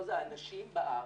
הנשים בארץ,